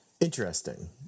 Interesting